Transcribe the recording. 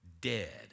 dead